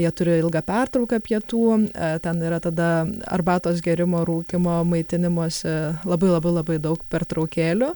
jie turi ilgą pertrauką pietų ten yra tada arbatos gėrimo rūkymo maitinimosi labai labai labai daug pertraukėlių